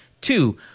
Two